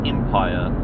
Empire